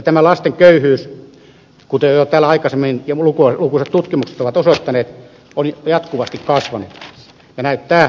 tämä lasten köyhyys kuten ulkoiset tutkimukset ovat osoittaneet on jatkuvasti kasvanut ja näyttää että edelleenkin kasvaa